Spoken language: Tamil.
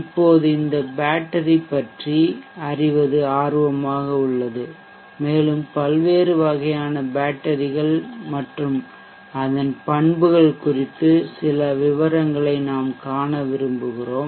இப்போது இந்த பேட்டரி பற்றி அறிவது ஆர்வமாக உள்ளது மேலும் பல்வேறு வகையான பேட்டரிகள் மற்றும் அதன் பண்புகள் குறித்து சில விவரங்களை நாம் காண விரும்புகிறோம்